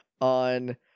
on